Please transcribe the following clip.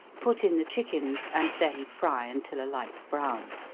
put in the chickens, and then fry until a light brown.